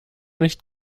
nicht